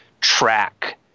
track